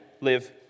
live